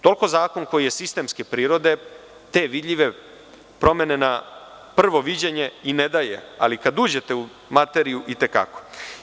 Toliko zakon koji je sistemske prirode te vidljive promene na prvo viđenje i ne daje, ali kada uđete u materiju i te kako.